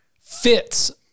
fits